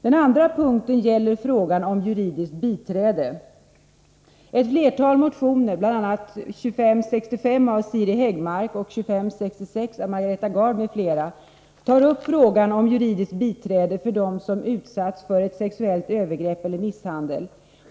Den andra punkten gäller frågan om juridiskt biträde. Ett flertal motioner, bl.a. 2565 av Siri Häggmark och 2566 av Margareta Gard m.fl. tar upp frågan om juridiskt biträde för den som utsatts för sexuellt övergrepp eller misshandel.